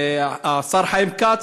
השר חיים כץ,